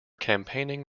campaigning